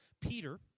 Peter